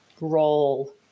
role